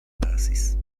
pasis